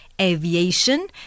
aviation